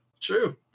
True